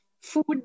food